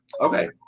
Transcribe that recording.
Okay